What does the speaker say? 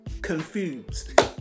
Confused